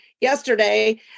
yesterday